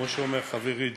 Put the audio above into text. כמו שאומר חברי,